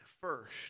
first